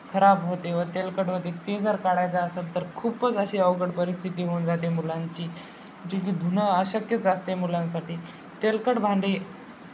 खराब होते व तेलकट होते ते जर काढायचं असेल तर खूपच अशी अवघड परिस्थिती होऊन जाते मुलांची जीची धुणं अशक्यच असते मुलांसाठी तेलकट भांडे